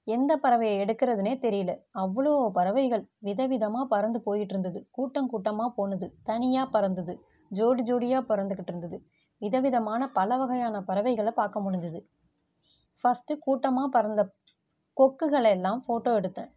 எந்தப் பறவையை எடுக்கிறதுனே தெரியலை அவ்வளோ பறவைகள் விதவிதமாக பறந்து போயிகிட்டு இருந்தது கூட்டம் கூட்டமாகப் போனது தனியாகப் பறந்தது ஜோடி ஜோடியாகப் பறந்துக்கிட்டு இருந்தது விதவிதமான பலவகையான பறவைகளை பார்க்க முடிஞ்சது ஃபர்ஸ்ட்டு கூட்டமாக பறந்த கொக்குகளை எல்லாம் ஃபோட்டோ எடுத்தேன்